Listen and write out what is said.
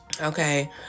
okay